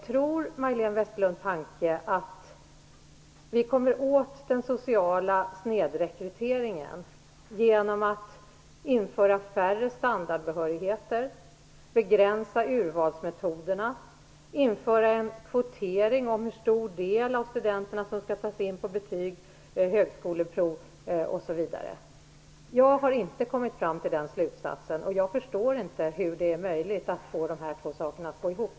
Tror Majléne Westerlund Panke att ni kommer åt den sociala snedrekryteringen genom att införa färre standardbehörigheter, begränsa urvalsmetoderna, införa en kvotering för hur stor del av studenterna som skall tas in på betyg, högskoleprov osv.? Jag har inte kommit fram till den slutsatsen. Jag förstår inte hur det är möjligt att få de här två sakerna att gå ihop.